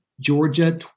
Georgia